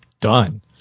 done